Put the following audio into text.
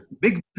big